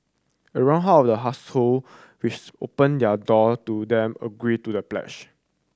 around half of the household which opened their door to them agreed to the pledge